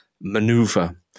maneuver